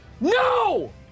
no